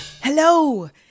hello